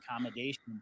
accommodation